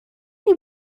کاری